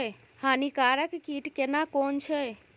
हानिकारक कीट केना कोन छै?